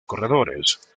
corredores